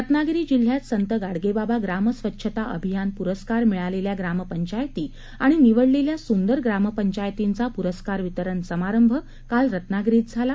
रत्नागिरी जिल्ह्यात संत गाडगेबाबा ग्रामस्वच्छता अभियान पुरस्कार मिळालेल्या ग्रामपंचायती आणि निवडलेल्या सुंदर ग्रामपंचायतींचा पुरस्कार वितरण समारंभ काल रत्नागिरीत झाला